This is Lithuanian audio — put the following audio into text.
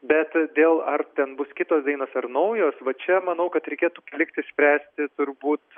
bet dėl ar ten bus kitos dainos ar naujos va čia manau kad reikėtų palikti spręsti turbūt